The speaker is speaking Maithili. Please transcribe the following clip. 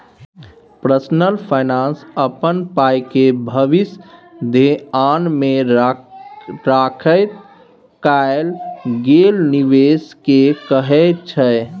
पर्सनल फाइनेंस अपन पाइके भबिस धेआन मे राखैत कएल गेल निबेश केँ कहय छै